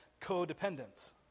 codependence